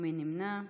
מי נמנע?